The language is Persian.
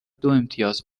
دوامتیاز